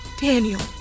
Daniel